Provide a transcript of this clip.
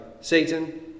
Satan